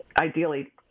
ideally